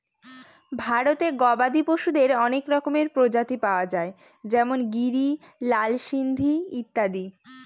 ভারতে গবাদি পশুদের অনেক রকমের প্রজাতি পাওয়া যায় যেমন গিরি, লাল সিন্ধি ইত্যাদি